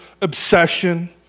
obsession